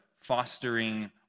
fostering